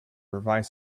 revised